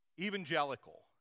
Evangelical